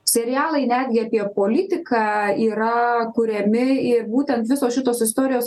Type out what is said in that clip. serialai netgi apie politiką yra kuriami ir būtent visos šitos istorijos